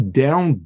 down